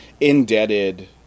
indebted